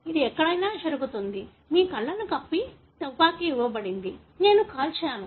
ఇది ఎక్కడైనా జరుగుతుంది మీ కళ్ళను కప్పి తుపాకీ ఇవ్వబడింది నేను కాల్చాను